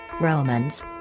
Romans